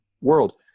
world